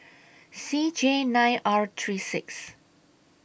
C J nine R three six